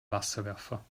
wasserwerfer